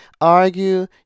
argue